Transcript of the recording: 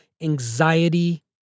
anxiety